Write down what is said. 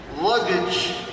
luggage